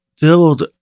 build